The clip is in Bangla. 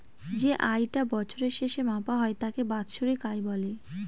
যে আয় টা বছরের শেষে মাপা হয় তাকে বাৎসরিক আয় বলে